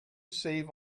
save